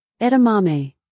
Edamame